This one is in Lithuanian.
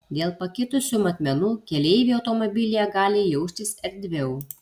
dėl pakitusių matmenų keleiviai automobilyje gali jaustis erdviau